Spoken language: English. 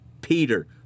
Peter